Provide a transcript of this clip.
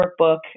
workbook